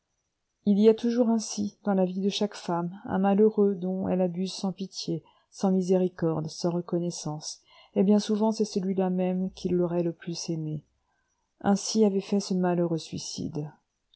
il y a toujours ainsi dans la vie de chaque femme un malheureux dont elle abuse sans pitié sans miséricorde sans reconnaissance et bien souvent c'est celui-là même qui l'aurait le plus aimée ainsi avait fait ce malheureux suicide